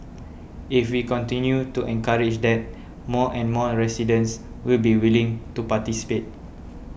if we continue to encourage that more and more residents will be willing to participate